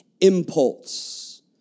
impulse